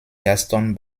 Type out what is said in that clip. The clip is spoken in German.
gaston